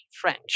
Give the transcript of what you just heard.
French